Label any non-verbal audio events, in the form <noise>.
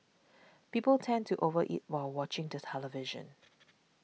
people tend to over eat while watching the television <noise>